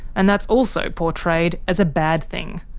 and that's also portrayed as a bad thing.